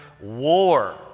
war